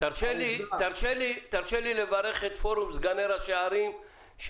תרשה לי לברך את פורום סגני ראשי הערים,